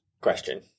question